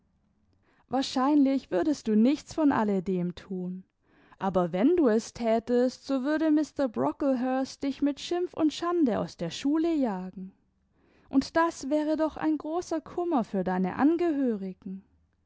wahrscheinlich würdest du nichts von alledem thun aber wenn du es thätest so würde mr brocklehurst dich mit schimpf und schande aus der schule jagen und das wäre doch ein großer kummer für deine angehörigen